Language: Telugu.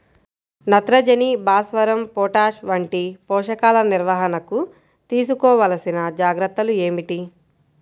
నత్రజని, భాస్వరం, పొటాష్ వంటి పోషకాల నిర్వహణకు తీసుకోవలసిన జాగ్రత్తలు ఏమిటీ?